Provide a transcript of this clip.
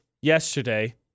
yesterday